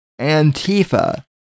antifa